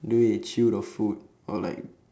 the way they chew the food or like